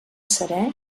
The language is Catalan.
serè